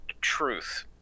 truth